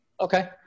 okay